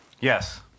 Yes